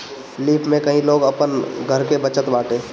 lease पे कई लोग अपनी घर के बचत बाटे